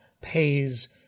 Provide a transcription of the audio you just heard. pays